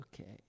Okay